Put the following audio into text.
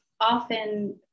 often